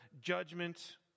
judgment